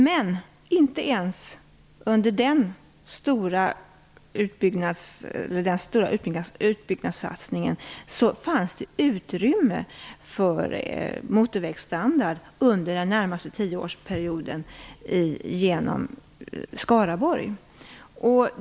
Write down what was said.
Men inte ens i den stora utbyggnadssatsningen fanns det utrymme för motorvägsstandard genom Skaraborg under den närmaste tioårsperioden.